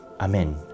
Amen